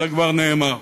על זה כבר נאמר,